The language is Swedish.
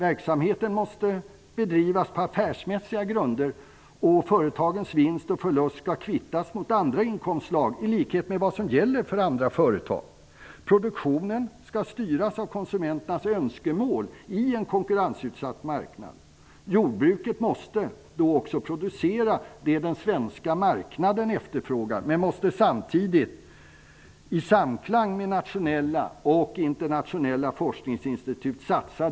Verksamheten måste bedrivas på affärsmässiga grunder, och företagens vinst och förlust skall kvittas mot andra inkomstslag i likhet med vad som gäller för andra företag. Produktionen skall styras av konsumenternas önskemål på en konkurrensutsatt marknad. Jordbruket måste då också producera det den svenska marknaden efterfrågar. Samtidigt måste vi satsa på utvecklingen av nya grödor, produkter och teknik i samklang med nationella och internationella forskningsinstitut.